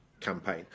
campaign